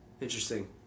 interesting